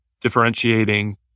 differentiating